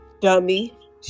Dummy